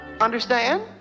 Understand